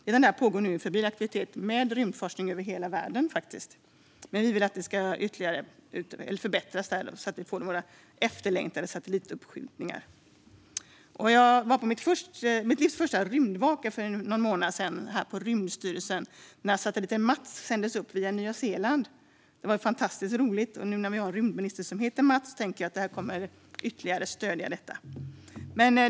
Redan nu pågår febril aktivitet med rymdforskning över hela världen. Vi vill att det ska förbättras så att vi får våra efterlängtade satellituppskjutningar. Jag var på mitt livs första rymdvaka för någon månad sedan på Rymdstyrelsen när satelliten Mats sändes upp via Nya Zeeland. Det var fantastiskt roligt. Nu när vi har en rymdminister som heter Mats tänker jag att man kommer att stödja detta ytterligare.